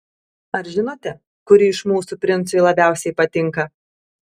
ar žinote kuri iš mūsų princui labiausiai patinka